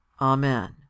Amen